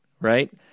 right